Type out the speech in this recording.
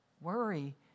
Worry